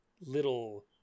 little